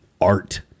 art